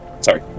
Sorry